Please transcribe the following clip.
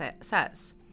says